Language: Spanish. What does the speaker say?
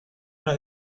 una